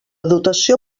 dotació